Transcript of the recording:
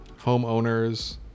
homeowners